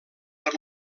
per